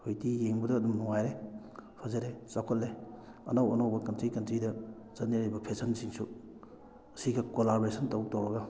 ꯍꯧꯖꯤꯛꯇꯤ ꯌꯦꯡꯕꯗ ꯑꯗꯨꯝ ꯅꯨꯡꯉꯥꯏꯔꯦ ꯐꯖꯔꯦ ꯆꯥꯎꯈꯠꯂꯦ ꯑꯅꯧ ꯑꯅꯧꯕ ꯀꯟꯇ꯭ꯔꯤ ꯀꯟꯇ꯭ꯔꯤꯗ ꯆꯠꯅꯔꯤꯕ ꯐꯦꯁꯟꯁꯤꯡꯁꯨ ꯑꯁꯤꯒ ꯀꯣꯂꯥꯕ꯭ꯔꯦꯁꯟ ꯇꯧ ꯇꯧꯔꯒ